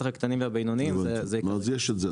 בטח הקטנים והבינוניים --- יש את זה,